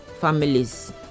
families